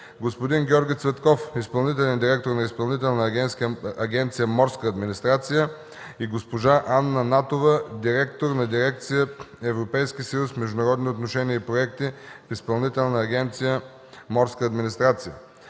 господин Георги Цветков – изпълнителен директор на Изпълнителна агенция „Морска администрация”, и госпожа Анна Натова – директор на дирекция „Европейски съюз, международни отношения и проекти” в Изпълнителна агенция „Морска администрация”.